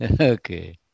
okay